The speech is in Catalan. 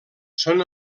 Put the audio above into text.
són